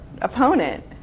opponent